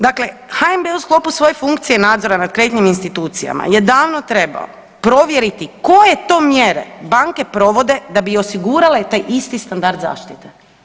Dakle, HNB u sklopu svoje funkcije nadzora nad kreditnim institucijama je davno trebao provjeriti koje to mjere banke provode da bi osigurale taj isti standard zaštite.